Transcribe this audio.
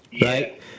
right